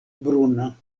bruna